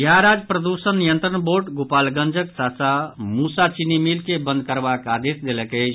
बिहार राज्य प्रदूषण नियंत्रण बोर्ड गोपालगंजक सासामुसा चीनी मील के बंद करबाक आदेश देलक अछि